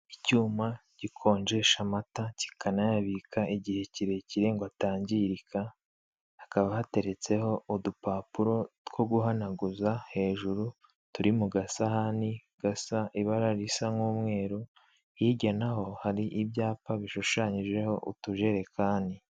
Icyuma gikonjesha amata kikanayabika igihe kirekire ngo atangirika, hakaba hateretseho udupapuro two guhanaguza hejuru turi mu gasahani gasa ibara risa nk'umweru hirya naho hari ibyapa bishushanyijeho utujerekani.